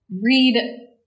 read